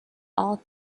all